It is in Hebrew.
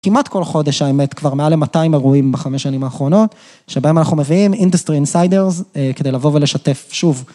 כמעט כל חודש האמת, כבר מעל ל-200 אירועים בחמש שנים האחרונות, שבהם אנחנו מביאים Industry Insiders כדי לבוא ולשתף שוב.